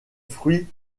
fruit